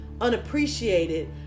unappreciated